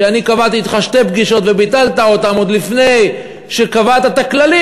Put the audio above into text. כשאני קבעתי אתך שתי פגישות וביטלת אותן עוד לפני שקבעת את הכללים,